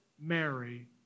Mary